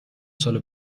سال